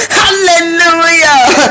hallelujah